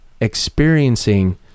experiencing